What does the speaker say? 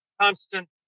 constant